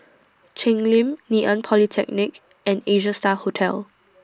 Cheng Lim Ngee Ann Polytechnic and Asia STAR Hotel